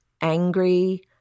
Angry